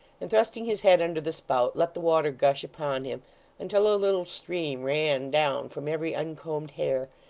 and thrusting his head under the spout, let the water gush upon him until a little stream ran down from every uncombed hair,